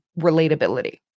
relatability